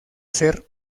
ser